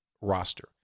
roster